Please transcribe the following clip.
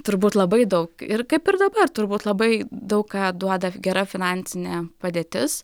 turbūt labai daug ir kaip ir dabar turbūt labai daug ką duoda gera finansinė padėtis